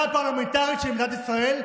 בשיטה הפרלמנטרית של מדינת ישראל,